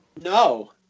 No